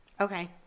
Okay